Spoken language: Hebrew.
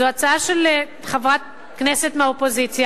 זו הצעה של חברת כנסת מהאופוזיציה,